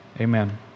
amen